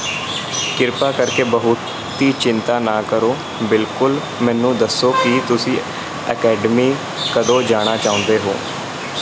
ਕਿਰਪਾ ਕਰਕੇ ਬਹੁਤੀ ਚਿੰਤਾ ਨਾ ਕਰੋ ਬਿਲਕੁਲ ਮੈਨੂੰ ਦੱਸੋ ਕਿ ਤੁਸੀਂ ਅਕੈਡਮੀ ਕਦੋਂ ਜਾਣਾ ਚਾਹੁੰਦੇ ਹੋ